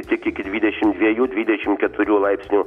tik iki dvidešimt dviejų dvidešimt keturių laipsnių